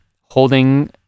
holding